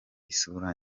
isura